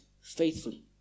faithfully